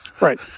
Right